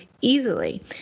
easily